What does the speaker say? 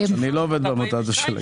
משרה.